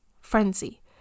Frenzy